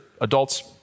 adults